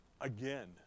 again